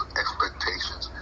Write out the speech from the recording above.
expectations